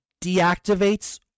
deactivates